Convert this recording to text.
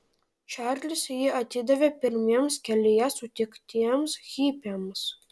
čarlis jį atidavė pirmiems kelyje sutiktiems hipiams